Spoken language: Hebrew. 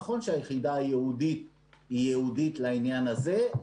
נכון שהיחידה היא ייעודית לעניין הזה,